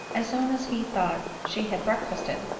as soon as he thought she had breakfasted,